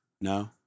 no